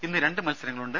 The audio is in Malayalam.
ഇന്ന് രണ്ടു മത്സരങ്ങൾ ഉണ്ട്